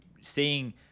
seeing